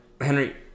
Henry